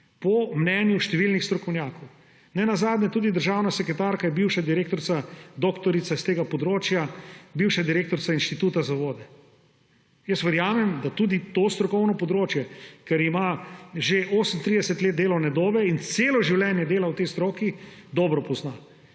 po mnenju številnih strokovnjakov. Nenazadnje tudi državna sekretarka je bivša direktorica doktorica s tega področja, bivša direktorica Inštituta za vode. Verjamem, da tudi to strokovno področje, ker ima že 38 let delovne dobe in celo življenje dela v tej stroki, dobro pozna.